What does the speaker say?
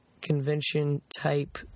convention-type